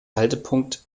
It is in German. haltepunkt